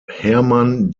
hermann